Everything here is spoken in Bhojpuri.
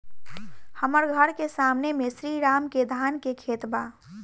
हमर घर के सामने में श्री राम के धान के खेत बा